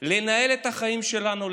לנהל את החיים שלנו,